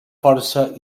força